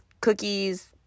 cookies